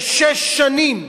זה שש שנים.